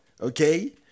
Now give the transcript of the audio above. okay